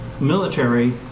military